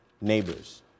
neighbors